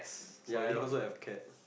ya I also have cat